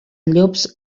llops